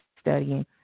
studying